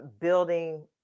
building